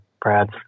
Brad's